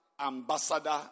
ambassador